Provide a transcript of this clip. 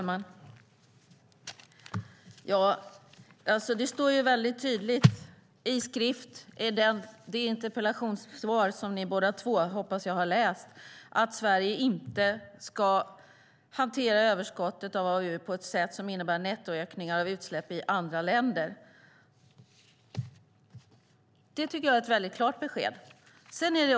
Herr talman! Det står tydligt i det interpellationssvar som ni förhoppningsvis båda två har läst att Sverige inte ska hantera överskottet av AAU:er på ett sätt som innebär nettoökningar av utsläpp i andra länder. Det är ett klart besked.